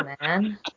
man